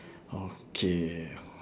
okay